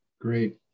Great